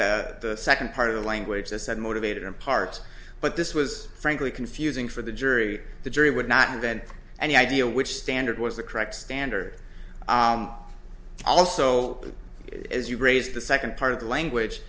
that the second part of the language as said motivated in part but this was frankly confusing for the jury the jury would not invent any idea which standard was the correct standard also as you raised the second part of the language